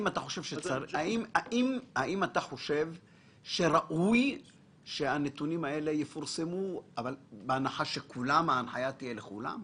האם אתה חושב שראוי שהנתונים האלה יפורסמו בהנחה שההנחיה תהיה לכולם?